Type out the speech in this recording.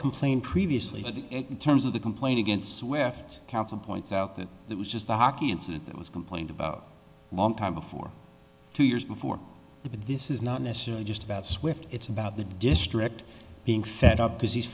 complained previously that in terms of the complaint against swift counsel points out that it was just the hockey incident that was complained about long time before two years before but this is not necessarily just about swift it's about the district being fed up because he's